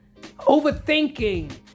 overthinking